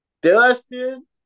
Dustin